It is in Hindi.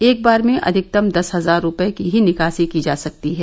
एक बार में अधिकतम दस हजार रूपये की ही निकासी की जा सकती है